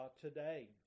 today